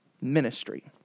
ministry